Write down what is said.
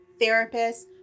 therapists